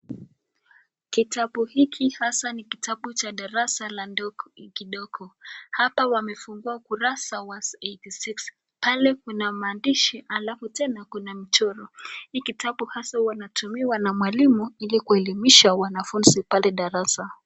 Kitabu hiki hasa ni kitabu cha darasa la kidogo. Hapa wamefungua kurasa wa 86 . Pale kuna maandishi alafu tena kuna mchoro. Hii kitabu hasa huwa inatumiwa na mwalimu ili kuelimisha wanafunzi pale darasa.